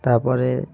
তারপরে